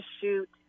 shoot